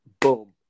boom